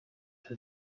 that